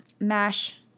mash